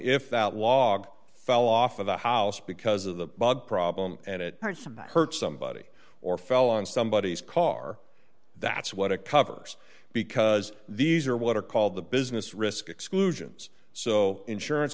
if that log fell off of the house because of the bug problem and it hurt somebody or fell on somebody's car that's what it covers because these are what are called the business risk exclusions so insurance